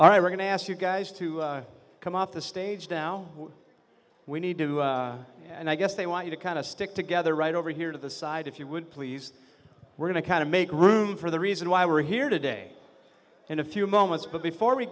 all right we're going to ask you guys to come off the stage now we need to do and i guess they want you to kind of stick together right over here to the side if you would please we're going to kind of make room for the reason why we're here today in a few moments but before we